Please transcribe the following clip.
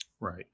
Right